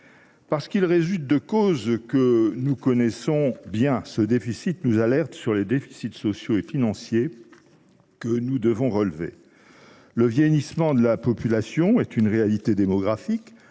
Parce qu’il résulte de causes que nous connaissons bien, ce déficit nous alerte sur les défis sociaux et financiers que nous devons relever. Le vieillissement de la population est une réalité démographique